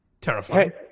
terrifying